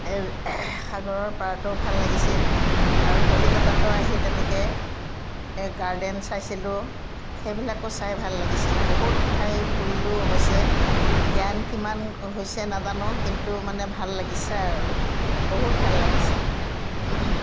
এই সাগৰৰ পাৰতো ভাল লাগিছিল আৰু কলিকতাটো আহি তেনেকৈ গাৰ্ডেন চাইছিলোঁ সেইবিলাকো চাই ভাল লাগিছিল বহুত ঠাই ফুৰিলোঁ অৱশ্যে জ্ঞান কিমান হৈছে নাজানো কিন্তু মানে ভাল লাগিছে আৰু বহুত ভাল লাগিছে